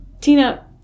Tina